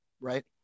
right